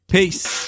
Peace